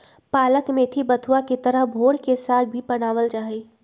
पालक मेथी बथुआ के तरह भोर के साग भी बनावल जाहई